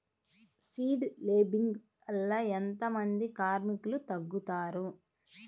Seed లేంబింగ్ వల్ల ఎంత మంది కార్మికులు తగ్గుతారు?